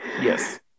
Yes